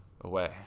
away